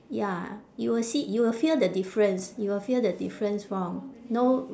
ya you will see you will feel the difference you will feel the difference from no